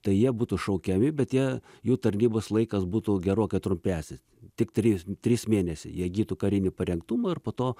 tai jie būtų šaukiami bet jie jų tarnybos laikas būtų gerokai trumpesnis tik trys trys mėnesiai jie įgytų karinį parengtumą ir po to